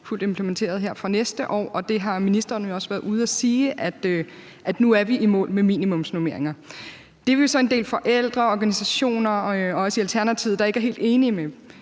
fuldt implementeret her fra næste år, og ministeren har også været ude at sige, at nu er vi i mål med minimumsnormeringer. Det er vi så en del forældre og organisationer og os i Alternativet der ikke er helt enig i.